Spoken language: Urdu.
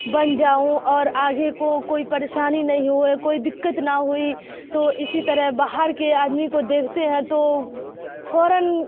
بن جاؤں اور آگے کو کوئی پریشانی نہیں ہو کوئی دقت نہ ہوئی تو اسی طرح باہر کے آدمی کو دیکھتے ہیں تو فوراً